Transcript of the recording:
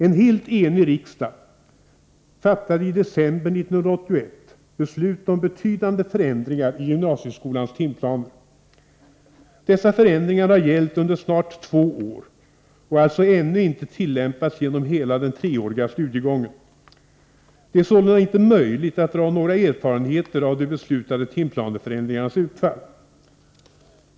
En helt enig riksdag fattade i december 1981 beslut om betydande förändringar i gymansieskolans timplaner. Dessa förändringar har gällt under snart två år och alltså ännu inte tillämpats genom hela den treåriga studiegången. Det är sålunda inte möjligt att dra några slutsatser av de beslutade timplaneförändringarnas utfall.